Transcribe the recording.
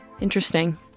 Interesting